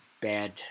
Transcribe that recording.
bad